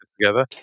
together